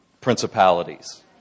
principalities